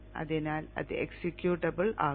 അതിനാൽ അത് എക്സിക്യൂട്ടബിൾ ആക്കും